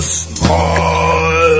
smile